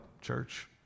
church